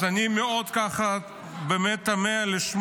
אז אני תמה לשמוע,